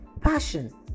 passion